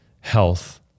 health